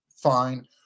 fine